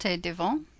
devant